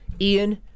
Ian